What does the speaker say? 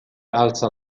alza